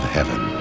Heaven